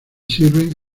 sirven